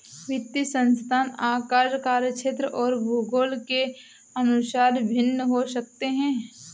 वित्तीय संस्थान आकार, कार्यक्षेत्र और भूगोल के अनुसार भिन्न हो सकते हैं